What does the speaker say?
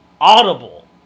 audible